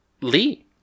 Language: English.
Lee